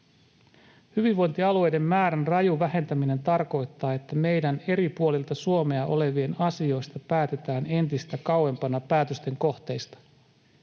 Hyvinvointialueiden määrän raju vähentäminen tarkoittaa, että meidän eri puolilta Suomea olevien asioista päätetään entistä kauempana päätösten kohteista.